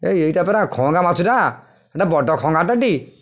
ଏଇ ଏଇଟାପରା ଖଙ୍ଗା ମାଛଟା ହେଇଟା ବଡ଼ ଖଙ୍ଗାଟାଟି